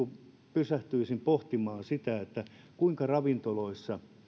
pysähtyisin pohtimaan kuinka ravintoloissa